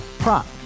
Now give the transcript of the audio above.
Prop